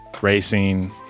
racing